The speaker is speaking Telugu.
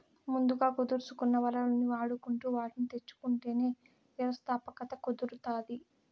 ముందుగా కుదుర్సుకున్న వనరుల్ని వాడుకుంటు వాటిని తెచ్చుకుంటేనే వ్యవస్థాపకత కుదురుతాది